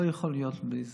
לא יכול להיות בלי זה.